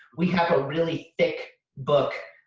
we have a really thick book,